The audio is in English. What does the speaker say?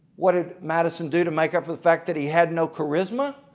what did madison do to make up for the fact that he had no charisma?